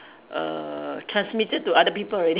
err transmitted to other people already